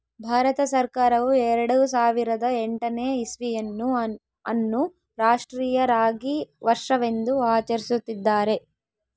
ಭಾರತ ಸರ್ಕಾರವು ಎರೆಡು ಸಾವಿರದ ಎಂಟನೇ ಇಸ್ವಿಯನ್ನು ಅನ್ನು ರಾಷ್ಟ್ರೀಯ ರಾಗಿ ವರ್ಷವೆಂದು ಆಚರಿಸುತ್ತಿದ್ದಾರೆ